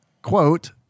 Quote